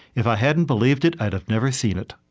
if i hadn't believed it, i'd have never seen it.